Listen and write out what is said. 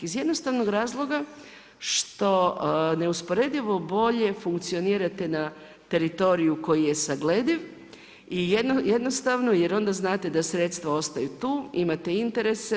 Iz jednostavnog razloga što neusporedivo bolje funkcionirate na teritoriju koji je saglediv i jednostavno jer onda znate da sredstva ostaju tu, imate interese.